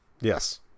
Yes